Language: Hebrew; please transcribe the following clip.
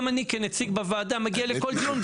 גם אני כנציג בוועדה מגיע לכל דיון,